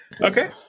Okay